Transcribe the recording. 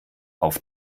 auf